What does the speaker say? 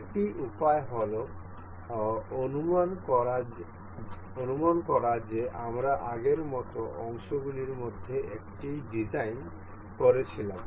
আরেকটি উপায় হল অনুমান করা যে আমরা আগের মতো অংশগুলির মধ্যে একটি ডিজাইন করছিলাম